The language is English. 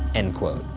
end quote.